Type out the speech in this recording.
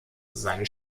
seine